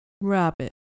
Rabbit